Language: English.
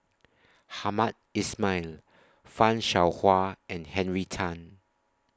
Hamed Ismail fan Shao Hua and Henry Tan